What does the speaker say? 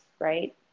Right